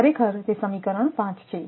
ખરેખર તે સમીકરણ 5 છે